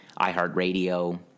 iHeartRadio